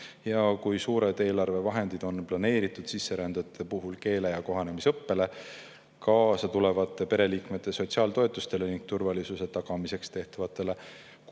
Kui suured eelarvevahendid on planeeritud sisserändajate puhul keele- ja kohanemisõppele, kaasatulevate pereliikmete sotsiaaltoetustele ning turvalisuse tagamiseks tehtavatele